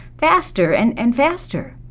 faster and and faster.